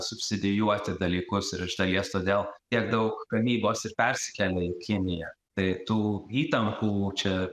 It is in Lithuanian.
subsidijuoti dalykus ir iš dalies todėl tiek daug gamybos ir persikėlė į kiniją tai tų įtampų čia